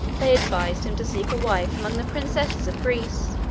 they advised him to seek a wife among the princesses of greece,